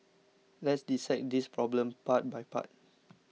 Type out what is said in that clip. let's dissect this problem part by part